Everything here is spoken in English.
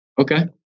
Okay